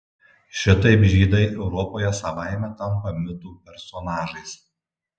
šitaip žydai europoje savaime tampa mitų personažais